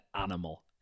animal